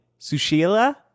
Sushila